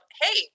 hey